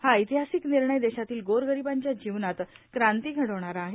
हा ऐतिहासिक निर्णय देशातील गोरगरिबांच्या जीवनात क्रांती घडवणरा आहे